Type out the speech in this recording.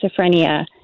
schizophrenia